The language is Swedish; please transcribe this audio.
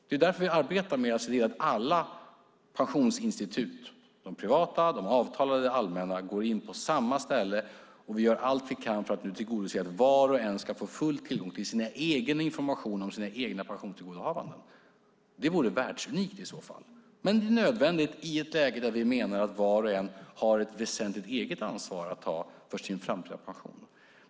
Det är därför vi arbetar med att se till att alla pensionsinstitut - för privat pension, avtalspension och allmän pension - går in på samma ställe och att vi gör allt vi kan för att tillgodose att var och en ska få full tillgång till information om sina egna pensionstillgodohavanden. Det vore världsunikt i så fall, men det är nödvändigt i ett läge där vi menar att var och en har ett väsentligt eget ansvar att ta för sin framtida pension.